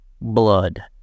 blood